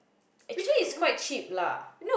actually it's quite cheap lah